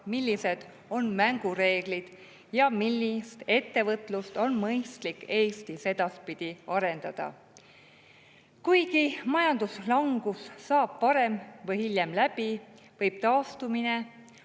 millised on mängureeglid ja millist ettevõtlust on mõistlik Eestis edaspidi arendada. Kuigi majanduslangus saab varem või hiljem läbi, võib taastumine